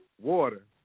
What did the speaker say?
water